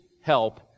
help